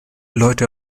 leute